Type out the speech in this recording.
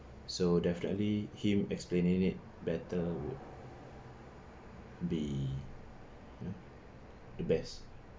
so definitely him explaining it better be the best